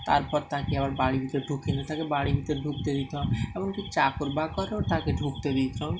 তারপর তাকে আবার বাড়ির ভিতর ঢুকিয়ে নিতো তাকে বাড়ির ভিতর ঢুকতে দিত না এমন কি চাকর বাকরও তাকে ঢুকতে দিত না